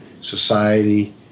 society